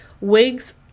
wigs